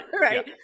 right